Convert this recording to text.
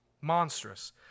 Monstrous